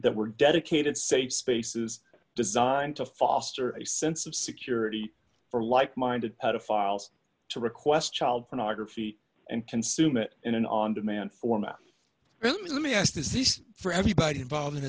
that were dedicated safe spaces designed to foster a sense of security for like minded how to files to request child pornography and consume it in an on demand format then let me ask is this for everybody involved in